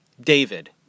David